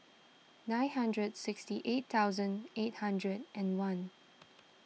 nine hundred sixty eight thousand eight hundred and one